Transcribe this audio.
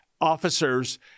officers